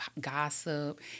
gossip